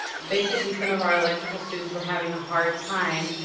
basically some of our electrical students were having a hard time,